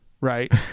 right